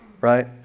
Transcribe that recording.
right